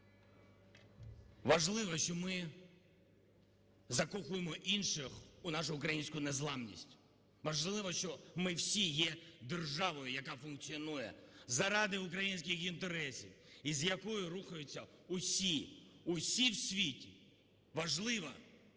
Важливо, що ми закохуємо інших у нашу українську незламність. Можливо, що ми всі є державою, яка функціонує заради українських інтересів і з якою рухаються усі, усі в світі. Важливо,